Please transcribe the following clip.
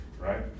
right